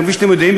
כפי שאתם יודעים,